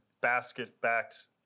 basket-backed